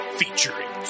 featuring